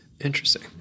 Interesting